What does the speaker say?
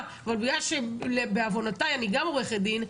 אבל בגלל שבעוונותיי אני גם עורכת דין,